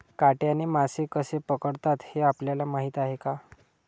काट्याने मासे कसे पकडतात हे आपल्याला माहीत आहे का?